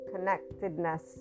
connectedness